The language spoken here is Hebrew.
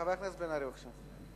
חבר הכנסת בן-ארי, בבקשה.